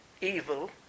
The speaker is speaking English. evil